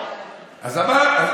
נכון.